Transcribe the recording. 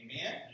Amen